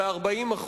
ב-40%,